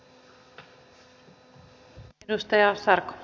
arvoisa puhemies